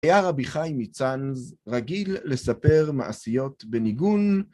היה רבי חיים מצאנז רגיל לספר מעשיות בניגון